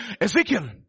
Ezekiel